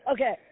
Okay